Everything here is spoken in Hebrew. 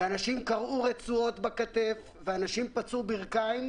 ואנשים קרעו רצועות בכתף ופצעו ברכיים,